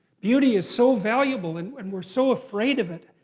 beauty is so valuable, and and we're so afraid of it.